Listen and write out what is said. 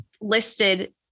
listed